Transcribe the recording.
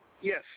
Yes